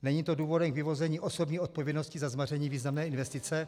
Není to důvodem k vyvození osobní odpovědnosti za změření významné investice?